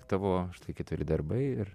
tavo štai keturi darbai ir